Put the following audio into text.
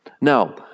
Now